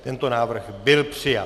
Tento návrh byl přijat.